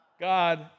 God